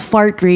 Fart